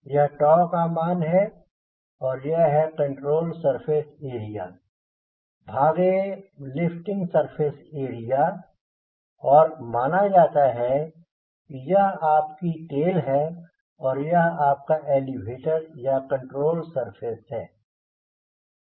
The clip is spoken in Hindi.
यह का मान है और यह है कंट्रोल सरफेस एरिया भागे लिफ्टिंग सरफेस एरिया और माना जाता है की यह आपकी टेल है और यह आपका एलीवेटर या कण्ट्रोल सरफेस है